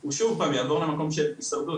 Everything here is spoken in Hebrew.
הוא שוב פעם יעבור למקום של הישרדות.